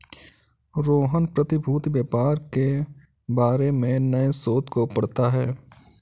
रोहन प्रतिभूति व्यापार के बारे में नए शोध को पढ़ता है